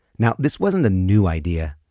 now this wasn't a new idea.